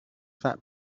that